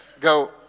Go